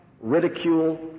ridicule